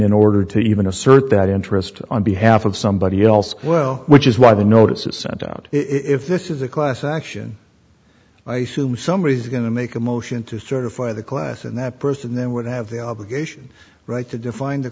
in order to even assert that interest on behalf of somebody else well which is why the notices sent out if this is a class action i sue me somebody is going to make a motion to certify the class and that person then would have the obligation right to define the